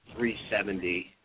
370